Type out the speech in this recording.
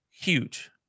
huge